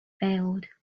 failed